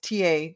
TA